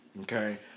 Okay